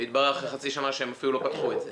התברר אחרי חצי שנה שהם מעולם לא פתחו את זה.